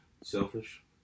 selfish